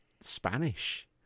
Spanish